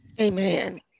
Amen